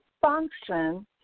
function